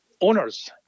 owners